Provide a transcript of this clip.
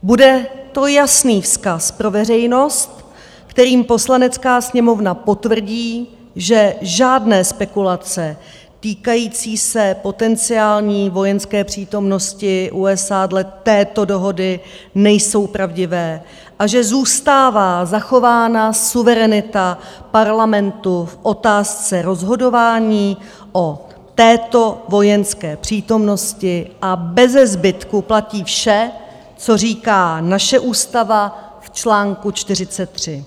Bude to jasný vzkaz pro veřejnost, kterým Poslanecká sněmovna potvrdí, že žádné spekulace týkající se potenciální vojenské přítomnosti USA dle této dohody nejsou pravdivé a že zůstává zachována suverenita Parlamentu v otázce rozhodování o této vojenské přítomnosti a bezezbytku platí vše, co říká naše ústava v článku 43.